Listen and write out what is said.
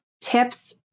tips